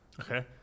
Okay